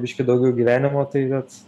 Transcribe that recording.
biškį daugiau gyvenimo tai vet